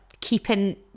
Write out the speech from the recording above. keeping